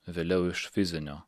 vėliau iš fizinio